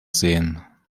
sehen